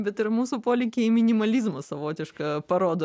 bet ir mūsų polinkį į minimalizmą savotišką parodo